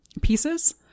pieces